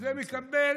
זה מתקבל,